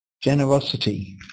Generosity